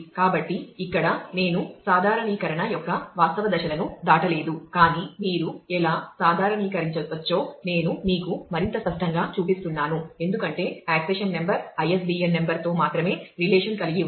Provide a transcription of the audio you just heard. కాబట్టి ఇక్కడ నేను సాధారణీకరణ యొక్క వాస్తవ దశలను దాటలేదు కానీ మీరు ఎలా సాధారణీకరించవచ్చో నేను మీకు మరింత స్పష్టంగా చూపిస్తున్నాను ఎందుకంటే ఆక్సిషన్ నెంబర్ ISBN నంబర్తో మాత్రమే రిలేషన్ చేస్తుంది